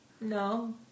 No